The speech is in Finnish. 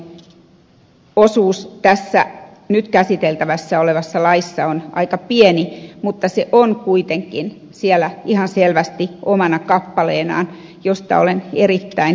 taiveaho sanoi sen osuus tässä nyt käsiteltävässä olevassa laissa on aika pieni mutta se on kuitenkin siellä ihan selvästi omana kappaleenaan mistä olen erittäin iloinen